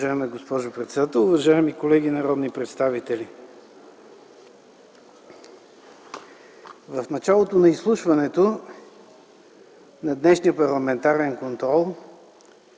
Уважаема госпожо председател, уважаеми колеги народни представители! В началото на днешния парламентарен контрол